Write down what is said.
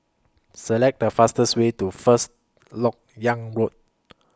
Select The fastest Way to First Lok Yang Road